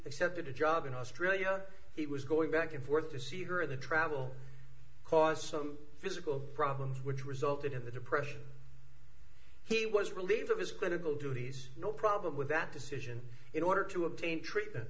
accepted a job in australia he was going back and forth to see her in the travel cause some physical problems which resulted in the depression he was relieved of his clinical duties no problem with that decision in order to obtain treatment